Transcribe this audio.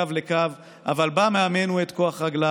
קו לקו / אבל בה מאמן הוא את כוח רגליו...